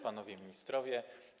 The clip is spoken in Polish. Panowie Ministrowie!